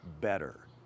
better